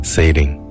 Sailing